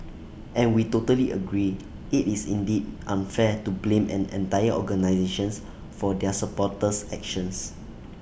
and we totally agree IT is indeed unfair to blame an entire organisations for their supporters actions